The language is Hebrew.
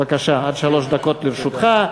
בבקשה, עד שלוש דקות לרשותך.